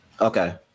Okay